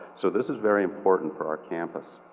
so this is very important for our campus.